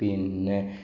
sign